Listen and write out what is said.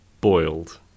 Boiled